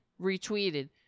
retweeted